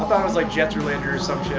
was like jets or landers